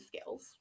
skills